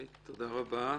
תודה רבה.